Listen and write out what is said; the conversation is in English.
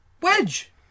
wedge